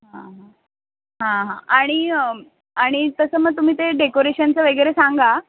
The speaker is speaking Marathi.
हां हां हां हां आणि आणि तसं मग तुम्ही ते डेकोरेशनचं वगैरे सांगा